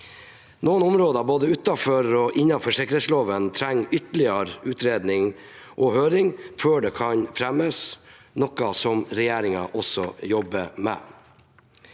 Noen områder, både utenfor og innenfor sikkerhetsloven, trenger ytterligere utredning og høring før det kan fremmes. Det er noe regjeringen også jobber med.